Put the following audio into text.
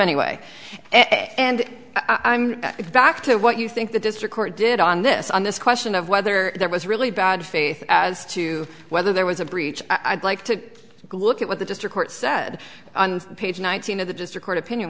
anyway and i'm back to what you think the district court did on this on this question of whether there was really bad faith as to whether there was a breach i'd like to look at what the district court said on page nineteen of the just a court opinion